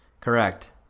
Correct